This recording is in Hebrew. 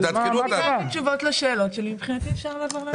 אתה הורדת מהכסף של הרחבה הרגילה.